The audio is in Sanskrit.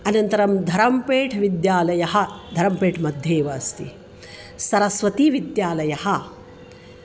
अनन्तरं धरम्पेठ् विद्यालयः धरम्पेट् मध्ये एव अस्ति सरस्वतीविद्यालयः